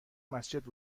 مسجد